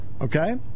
okay